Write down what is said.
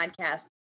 podcast